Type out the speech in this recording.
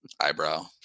Eyebrow